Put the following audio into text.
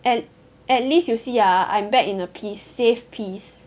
and at least you see ah I'm back in a piece safe piece